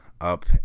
up